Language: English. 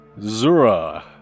Zura